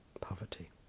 Poverty